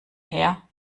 her